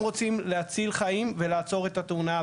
תאונות דרכים עם כלי רכב כבד הן תאונות עם נזקים אדירים בחיי